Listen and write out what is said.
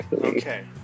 Okay